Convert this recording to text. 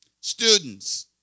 Students